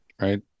right